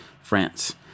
France